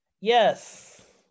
Yes